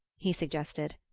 he suggested.